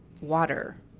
water